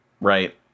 right